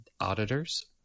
Auditors